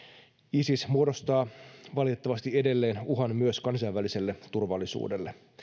isis muodostaa valitettavasti edelleen uhan myös kansainväliselle turvallisuudelle